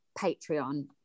Patreon